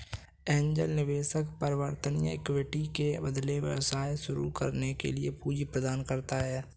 angel निवेशक परिवर्तनीय equity के बदले व्यवसाय शुरू करने के लिए पूंजी प्रदान करता है